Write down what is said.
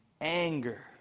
Anger